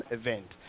event